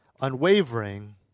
unwavering